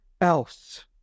else